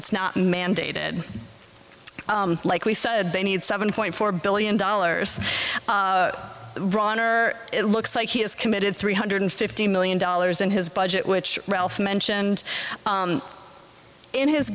it's not mandated like we said they need seven point four billion dollars rahner it looks like he has committed three hundred fifty million dollars in his budget which ralph mentioned in his